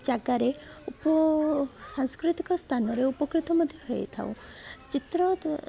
ଜାଗାରେ ଏବଂ ସାଂସ୍କୃତିକ ସ୍ଥାନରେ ଉପକୃତ ମଧ୍ୟ ହେଇଥାଉ ଚିତ୍ର